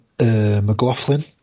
McLaughlin